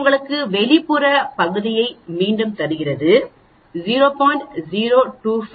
இது உங்களுக்கு வெளிப்புற பகுதியை மீண்டும் தருகிறது 0